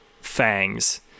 fangs